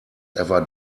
ever